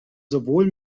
sowohl